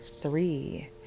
three